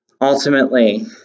Ultimately